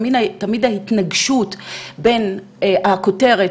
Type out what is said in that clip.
אבל תמיד יש התנגשות בין הכותרת,